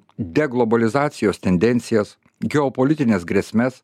deglobalizacijos tendencijas geopolitines grėsmes